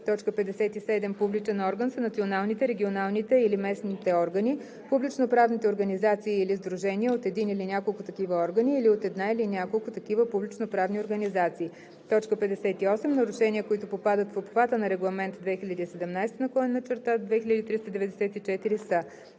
57. „Публичен орган“ са националните, регионалните или местните органи, публичноправните организации или сдружения от един или няколко такива органи или от една или няколко такива публичноправни организации. 58. „Нарушения, които попадат в обхвата на Регламент 2017/2394“,